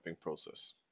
process